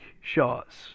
shots